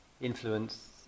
influence